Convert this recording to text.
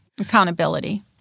accountability